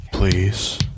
Please